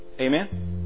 Amen